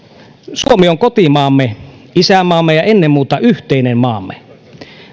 suomi on kotimaamme isänmaamme ja ennen muuta yhteinen maamme